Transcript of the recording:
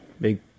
Big